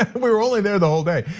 and we were only there the whole day.